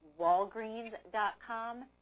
Walgreens.com